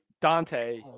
Dante